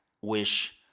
wish